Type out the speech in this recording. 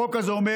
החוק הזה אומר: